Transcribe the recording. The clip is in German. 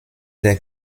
der